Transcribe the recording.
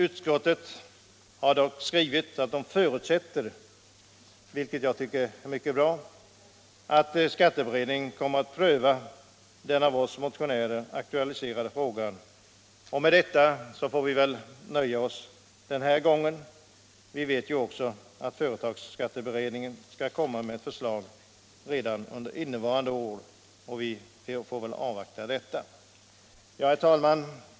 Utskottet har dock skrivit att det förutsätter att företagsskatteberedningen kommer att pröva den av oss motionärer aktualiserade frågan, och det tycker jag är mycket bra. Med detta får vi väl nöja oss den här gången, då vi vet att företagsskatteberedningen kommer att framlägga ett förslag redan under innevarande år; så vi får väl avvakta detta. Herr talman!